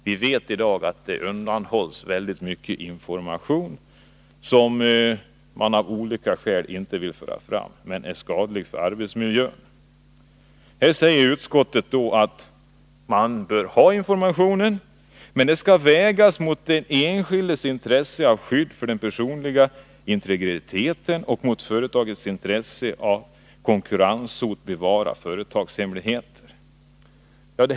Vi vet att det i dag undanhålls mycket information om skadliga arbetsmiljöer. Av olika skäl vill man inte föra fram dessa fakta. Utskottet säger att forskarna bör ha denna information, men att forskarnas önskemål skall vägas mot den enskildes intresse av skydd för den personliga integriteten och mot företagets intresse att av konkurrensskäl bevara företagshemligheter.